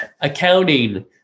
Accounting